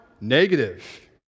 negative